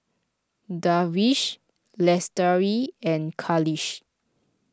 Darwish Lestari and Khalish